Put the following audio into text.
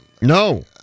No